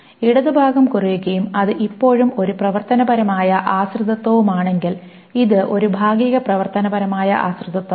ഇടത് ഭാഗം കുറയുകയും അത് ഇപ്പോഴും ഒരു പ്രവർത്തനപരമായ ആശ്രിതത്വവുമാണെങ്കിൽ ഇത് ഒരു ഭാഗിക പ്രവർത്തനപരമായ ആശ്രിതത്വമാണ്